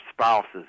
spouses